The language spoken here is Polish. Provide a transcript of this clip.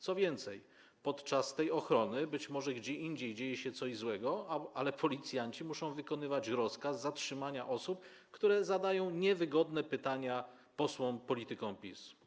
Co więcej, w tym czasie być może gdzie indziej dzieje się coś złego, ale policjanci muszą wykonywać rozkaz zatrzymania osób, które zadają niewygodne pytania posłom - politykom PiS.